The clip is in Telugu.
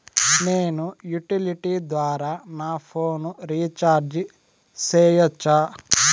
నేను యుటిలిటీ ద్వారా నా ఫోను రీచార్జి సేయొచ్చా?